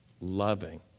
loving